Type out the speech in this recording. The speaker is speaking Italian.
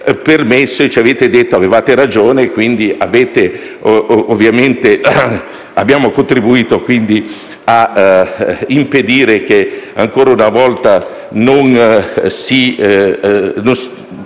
ci avete detto che avevamo ragione, quindi abbiamo contribuito a impedire che ancora una volta gli